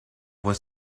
was